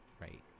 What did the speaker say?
Right